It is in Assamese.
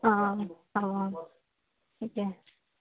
অঁ অঁ